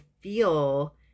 feel